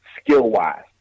skill-wise